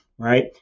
right